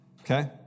Okay